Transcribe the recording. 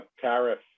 tariff